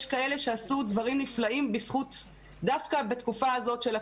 יש כאלה שעשו דברים נפלאים דווקא בתקופה הזאת של הקורונה.